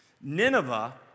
Nineveh